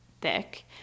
thick